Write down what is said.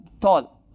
tall